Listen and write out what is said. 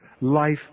Life